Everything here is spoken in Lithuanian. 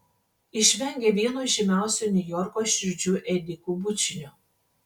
išvengė vieno žymiausių niujorko širdžių ėdikų bučinio